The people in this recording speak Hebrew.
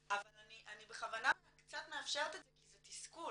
אבל אני בכוונה קצת מאפשרת את זה כי זה תסכול.